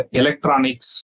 electronics